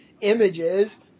images